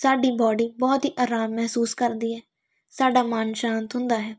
ਸਾਡੀ ਬੋਡੀ ਬਹੁਤ ਹੀ ਆਰਾਮ ਮਹਿਸੂਸ ਕਰਦੀ ਹੈ ਸਾਡਾ ਮਨ ਸ਼ਾਂਤ ਹੁੰਦਾ ਹੈ